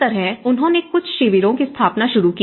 इस तरह उन्होंने कुछ शिविरों की स्थापना शुरू की